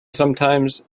sometimes